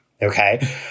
Okay